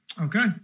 Okay